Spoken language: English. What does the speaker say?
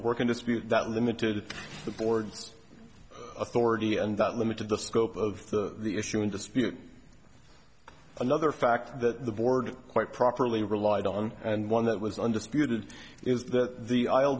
work in dispute that limited the board's authority and that limited the scope of the issue in dispute another fact that the board quite properly relied on and one that was undisputed is that the isle